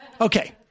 Okay